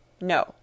No